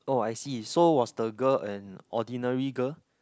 oh I see so was the girl an ordinary girl